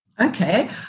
Okay